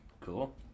Cool